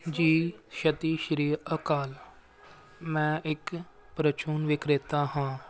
ਜੀ ਸਤਿ ਸ਼੍ਰੀ ਅਕਾਲ ਮੈਂ ਇੱਕ ਪਰਚੂਨ ਵਿਕਰੇਤਾ ਹਾਂ